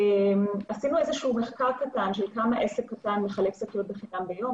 עשינו מחקר קטן כמה עסק קטן מחלק שקיות בחינם ביום,